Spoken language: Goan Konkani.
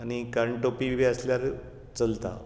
आनी कानटोपी बी आसल्यार चलता